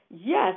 yes